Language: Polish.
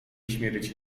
śmierci